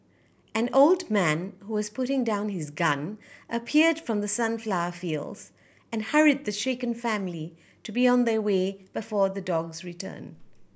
an old man who was putting down his gun appeared from the sunflower fields and hurried the shaken family to be on their way before the dogs return